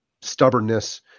stubbornness